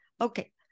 okay